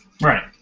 Right